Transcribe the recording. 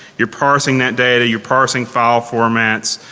you're parsing that data. you're parsing file formats.